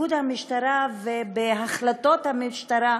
בתפקוד המשטרה, בהחלטות המשטרה,